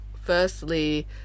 firstly